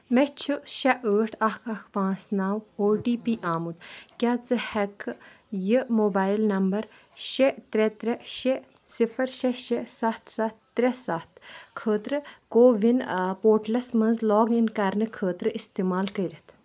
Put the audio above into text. مےٚ چھُ شےٚ ٲٹھ اَکھ اَکھ پانٛژھ نَو او ٹی پی آمُت کیٛاہ ژٕ ہٮ۪ککھٕ یہِ موبایِل نمبر شےٚ ترٛےٚ ترٛےٚ شےٚ صِفر شےٚ شےٚ سَتھ سَتھ ترٛےٚ سَتھ خٲطرٕ کووِن پوٹلَس منٛز لاگ اِن کَرنہٕ خٲطرٕ استعمال کٔرِتھ